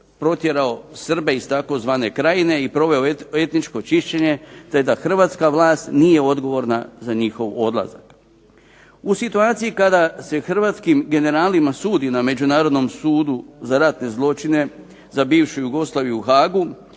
protjerao Srbe iz tzv. Krajine i proveo etničko čišćenje te da Hrvatska vlast nije odgovorna za njihov odlazak. U situaciji kada se hrvatskim generalima sudi na Međunarodnom sudu za ratne zločine za bivšu Jugoslaviju u Haagu